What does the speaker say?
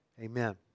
Amen